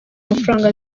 amafaranga